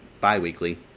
bi-weekly